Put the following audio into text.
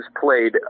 played